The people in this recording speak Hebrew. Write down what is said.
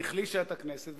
היא החלישה את הכנסת,